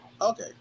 Okay